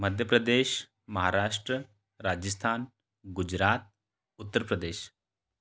Madhya Pradesh Maharashtra Rajasthan Gujarat Uttar Pradesh